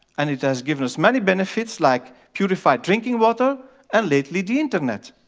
and it has given us many benefits like purified drinking water and lately, the internet.